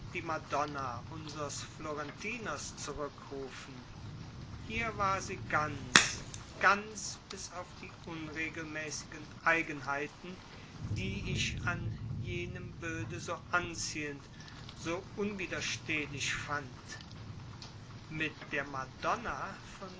die madonna unsers florentiners zurückrufen hier war sie ganz ganz bis auf die unregelmäßigen eigenheiten die ich an jenem bilde so anziehend so unwiderstehlich fand mit der madonna von